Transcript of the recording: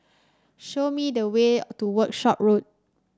show me the way to Workshop Road